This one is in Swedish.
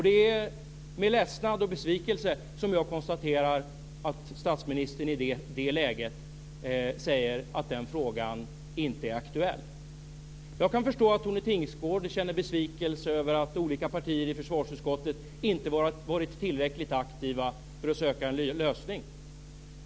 Det är med ledsnad och besvikelse jag konstaterar att statsministern i det läget säger att den frågan inte är aktuell. Jag kan förstå att Tone Tingsgård känner besvikelse över att olika partier i försvarsutskottet inte har varit tillräckligt aktiva i att söka en lösning.